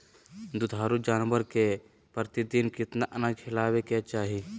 दुधारू जानवर के प्रतिदिन कितना अनाज खिलावे के चाही?